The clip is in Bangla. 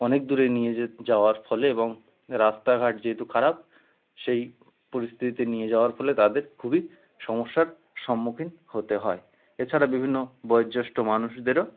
অনেক দূরে নিয়ে যাওয়ার ফলে এবং রাস্তাঘাট যেহেতু খারাপ সেই পরিস্থিতিতে নিয়ে যাওয়ার ফলে তাদের খুবই সমস্যার সম্মুখীন হতে হয় এছাড়া বিভিন্ন বয়ঃজ্যেষ্ঠ মানুষদেরও